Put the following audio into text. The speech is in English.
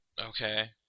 Okay